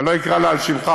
אני לא אקרא לה על שמך,